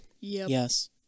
Yes